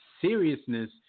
seriousness